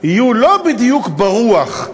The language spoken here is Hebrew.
יהיו לא בדיוק ברוח,